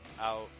out